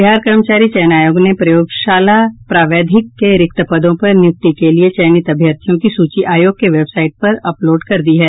बिहार कर्मचारी चयन आयोग ने प्रयोगशाला प्रावैधिक के रिक्त पदों पर नियुक्ति के लिये चयनित अभ्यर्थियों की सूची आयोग के वेबसाइट पर अपलोड कर दी है